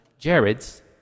Jareds